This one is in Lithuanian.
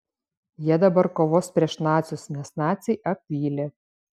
jie dabar kovos prieš nacius nes naciai apvylė